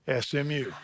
SMU